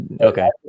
Okay